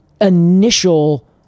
initial